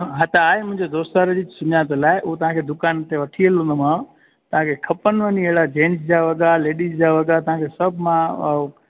हा त आहे मुंहिंजो दोस्त वारे जी सुञातलु आहे उहा तव्हांखे दुकान ते वठी हलंदो मां तव्हांखे खपनि नि शिड़ा जेंट्स जा वॻा त लेडीस जा वॻा तव्हांखे सभु मां